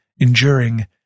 enduring